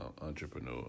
entrepreneur